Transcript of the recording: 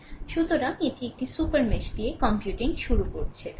সুতরাং এটি একটি সুপার মেশ দিয়ে কম্পিউটিং শুরু করছে